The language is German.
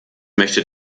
möchte